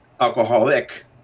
alcoholic